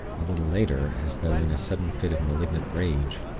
a little later, as though in a sudden fit of malignant rage,